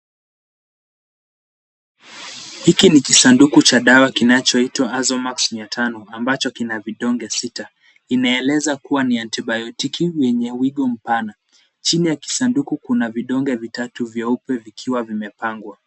Hiki ni kisanduku cha dawa kinachoitwa Azomax 500 ambacho kina vidonge sita. Inaeleza kuwa ni anti-biotic yenye wigo mpana. Chini ya kisanduku kuna vidonge vitatu vyeupe vikiwa vimepangwa.